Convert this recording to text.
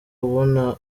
ubona